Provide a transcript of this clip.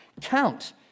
count